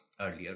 earlier